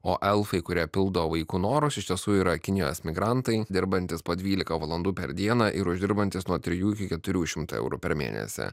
o elfai kurie pildo vaiko norus iš tiesų yra kinijos migrantai dirbantys po dvylika valandų per dieną ir uždirbantys nuo trijų iki keturių šimtų eurų per mėnesį